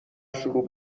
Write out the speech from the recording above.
شروع